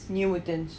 new mutants